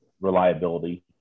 reliability